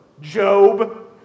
Job